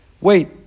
Wait